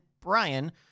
Brian